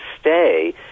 stay